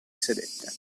sedette